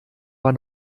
war